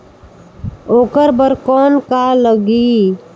ओकर बर कौन का लगी?